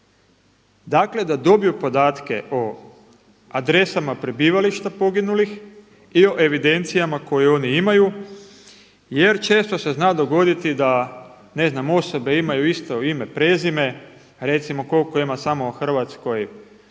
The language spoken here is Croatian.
dakle da dobiju podatke o adresama prebivališta poginulih i o evidencijama koje oni imaju jer često se zna dogoditi da osobe imaju isto ime, prezime. Recimo koliko ima samo u Hrvatskoj